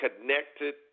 connected